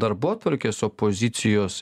darbotvarkės opozicijos